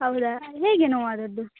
ಹೌದಾ ಹೇಗೆ ನೋವು ಆಗಿದ್ದು